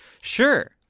Sure